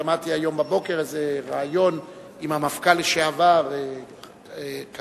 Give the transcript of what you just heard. שמעתי היום בבוקר ריאיון עם המפכ"ל לשעבר קראדי